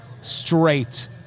straight